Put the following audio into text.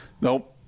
Nope